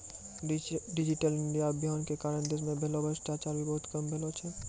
digital India अभियान के कारण देश मे फैल्लो भ्रष्टाचार भी बहुते कम भेलो छै